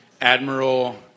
Admiral